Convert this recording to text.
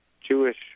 Jewish